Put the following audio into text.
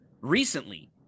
recently